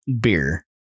beer